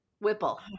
Whipple